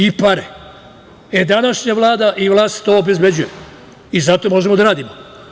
E, današnja Vlada i vlast to obezbeđuju i zato možemo da radimo.